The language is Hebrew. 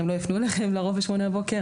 לרוב הם לא יפנו אליכם בשמונה בבוקר,